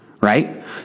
right